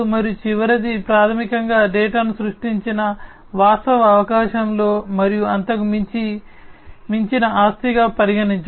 మరియు చివరిది ప్రాథమికంగా డేటాను సృష్టించిన వాస్తవ అవకాశంలో మరియు అంతకు మించిన ఆస్తిగా పరిగణించడం